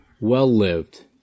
Well-Lived